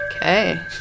Okay